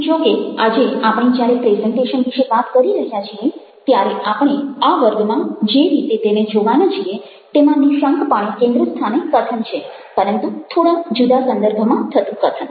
જો કે આજે આપણે જ્યારે પ્રેઝન્ટેશન વિશે વાત કરી રહ્યા છીએ ત્યારે આપણે આ વર્ગમાં જે રીતે તેને જોવાના છીએ તેમાં નિશંકપણે કેન્દ્રસ્થાને કથન છે પરંતુ થોડા જુદા સંદર્ભમાં થતું કથન